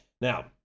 Now